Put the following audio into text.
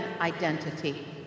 identity